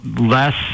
less